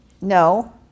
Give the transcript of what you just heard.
no